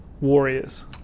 warriors